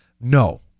No